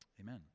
Amen